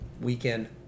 weekend